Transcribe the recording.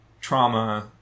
trauma